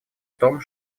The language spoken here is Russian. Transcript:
том